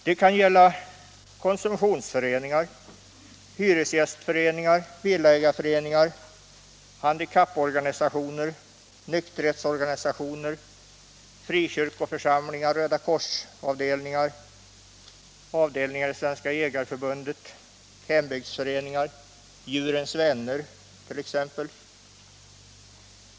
Det kan gälla konsumtionsföreningar, hyresgästföreningar, villaägareföreningar, handikapporganisationer, nykterhetsorganisationer, frikyrkoförsamlingar, Röda kors-avdelningar, avdelningar av Svenska jägareförbundet, hembygdsföreningar, Djurens vänner.